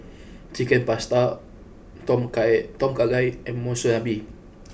Chicken Pasta Tom Kha Tom Kha Gai and Monsunabe